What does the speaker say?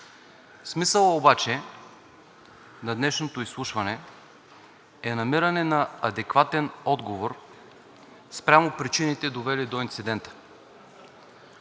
Смисълът на днешното изслушване обаче е намиране на адекватен отговор спрямо причините, довели до инцидента.